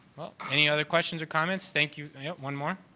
any other questions or comments? thank you yeah, one more.